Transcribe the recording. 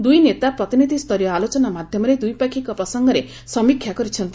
ଦୁଇ ନେତା ପ୍ରତିନିଧିଷରୀୟ ଆଲୋଚନା ମାଧ୍ୟମରେ ଦ୍ୱିପାକ୍ଷିକ ପ୍ରସଙ୍ଗରେ ସମୀକ୍ଷା କରିଛନ୍ତି